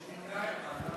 יש נמנע אחד.